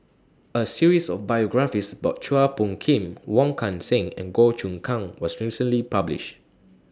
A series of biographies about Chua Phung Kim Wong Kan Seng and Goh Choon Kang was recently published